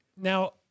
Now